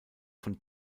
von